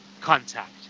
Contact